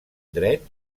dret